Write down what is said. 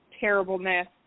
terribleness